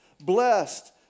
Blessed